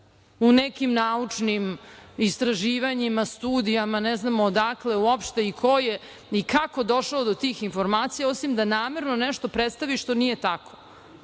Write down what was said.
u nekim naučnim istraživanjima, studijama, ne znam odakle uopšte i ko je i kako došao do tih informacija osim da namerno nešto predstavi što nije tako. Ako